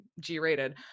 G-rated